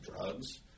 drugs